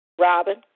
Robin